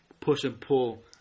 push-and-pull